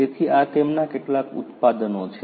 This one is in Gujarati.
તેથી આ તેમના કેટલાક ઉત્પાદનો છે